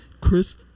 Chris